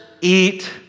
eat